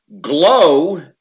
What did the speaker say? GLOW